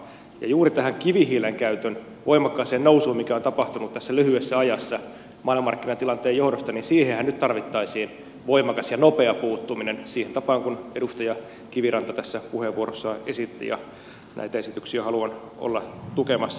juuri tähän kivihiilen käytön voimakkaaseen nousuun mikä on tapahtunut tässä lyhyessä ajassa maailmanmarkkinatilanteen johdosta nyt tarvittaisiin voimakas ja nopea puuttuminen siihen tapaan kuin edustaja kiviranta puheenvuorossaan esitti ja näitä esityksiä haluan olla tukemassa